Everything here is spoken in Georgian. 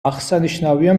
აღსანიშნავია